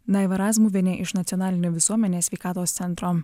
daiva razmuvienė iš nacionalinio visuomenės sveikatos centro